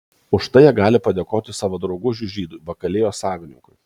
už tai jie gali padėkoti savo draugužiui žydui bakalėjos savininkui